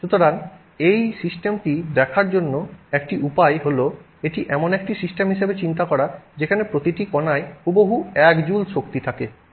সুতরাং এই সিস্টেমটি দেখার জন্য একটি উপায় হল এটি এমন একটি সিস্টেম হিসাবে চিন্তা করা যেখানে প্রতিটি কণায় হুবহু 1 জুল শক্তি থাকে